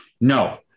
no